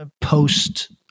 post